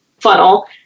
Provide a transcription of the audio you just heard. funnel